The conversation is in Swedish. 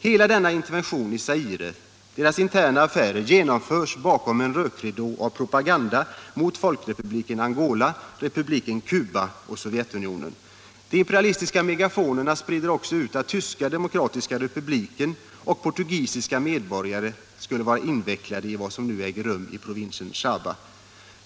Hela denna intervention i Zaires interna affärer genomförs bakom en rökridå av propaganda mot Folkrepubliken Angola, Republiken Cuba och Sovjetunionen. De imperialistiska megafonerna sprider också ut att Tyska demokratiska republiken och portugisiska medborgare skulle vara invecklade i vad som nu äger rum i provinsen Shaba.